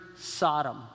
Sodom